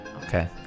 Okay